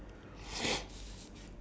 then the counter is like